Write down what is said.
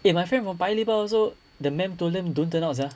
eh my friend from paya lebar also the madam told them don't turn out sia